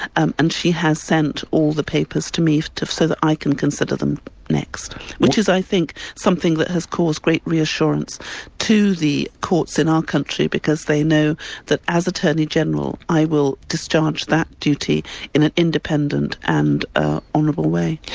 and and she has sent all the papers to me so that i can consider them next which is i think something that has caused great reassurance to the courts in our country, because they know that as attorney-general, i will discharge that duty in an independent and ah honourable way.